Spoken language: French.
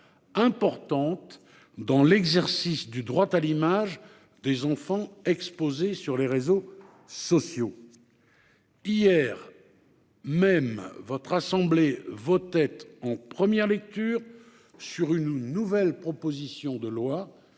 importante dans l'exercice du droit à l'image des enfants exposés sur les réseaux sociaux. Hier même, votre assemblée examinait en première lecture sur une nouvelle proposition de loi